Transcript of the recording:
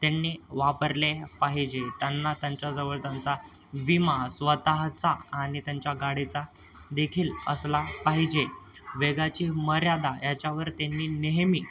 त्यांनी वापरले पाहिजे त्यांना त्यांच्याजवळ त्यांचा विमा स्वतःचा आणि त्यांच्या गाडीचा देखील असला पाहिजे वेगाची मर्यादा याच्यावर त्यांनी नेहमी